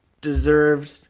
deserved